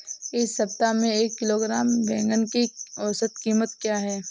इस सप्ताह में एक किलोग्राम बैंगन की औसत क़ीमत क्या है?